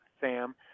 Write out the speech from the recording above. Sam